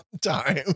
time